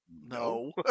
no